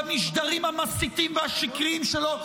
במשדרים המסיתים והשקריים שלו,